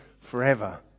forever